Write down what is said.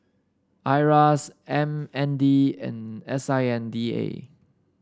Iras M N D and S I N D A